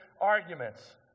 arguments